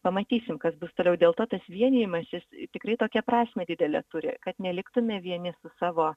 pamatysim kas bus toliau dėl to tas vienijimasis tikrai tokią prasmę didelę turi kad neliktume vieni su savo